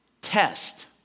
test